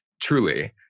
Truly